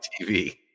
TV